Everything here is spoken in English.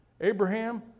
Abraham